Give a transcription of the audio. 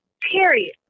Period